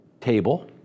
table